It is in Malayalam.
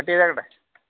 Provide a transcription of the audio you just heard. കട്ട് ചെയ്തേക്കട്ടെ